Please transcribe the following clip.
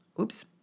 oops